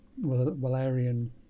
Valerian